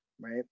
right